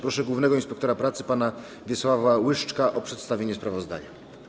Proszę głównego inspektora pracy pana Wiesława Łyszczka o przedstawienie sprawozdania.